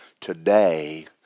today